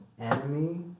Enemy